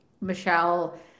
Michelle